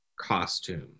costume